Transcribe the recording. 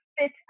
fit